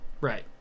Right